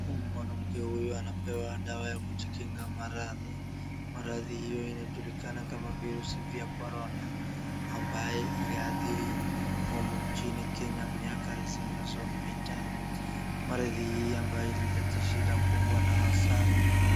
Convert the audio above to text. Mwanamke huyu anapewa dawa ya kujikinga maradhi. Maradhi hiyo inajulikana kama virusi vya korona, ambaye iliadhiri humu nchini Kenya miaka zilizopita. Maradhi ambayo ilileta shida kubwa na hasara.